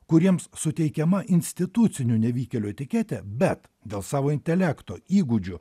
kuriems suteikiama institucinių nevykėlių etiketė bet dėl savo intelekto įgūdžių